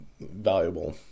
valuable